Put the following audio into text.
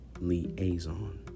liaison